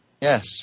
Yes